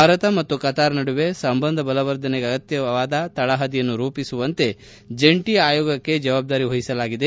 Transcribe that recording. ಭಾರತ ಮತ್ತು ಕತಾರ್ ನಡುವೆ ಸಂಬಂಧ ಬಲವರ್ಧನೆಗೆ ಅಗತ್ಯವಾದ ತಳಪದಿಯನ್ನು ರೂಪಿಸುವಂತೆ ಜಂಟಿ ಆಯೋಗಕ್ಕೆ ಜವಾಬ್ದಾರಿ ವಹಿಸಲಾಗಿದೆ